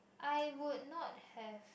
I would not have